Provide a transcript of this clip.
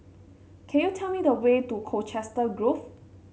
can you tell me the way to Colchester Grove